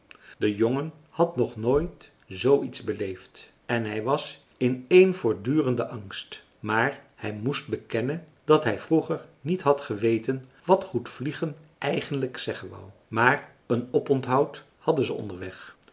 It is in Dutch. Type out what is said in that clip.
de jongen had nog nooit zooiets beleefd en hij was in één voortdurenden angst maar hij moest bekennen dat hij vroeger niet had geweten wat goed vliegen eigenlijk zeggen wou maar een oponthoud hadden ze onderweg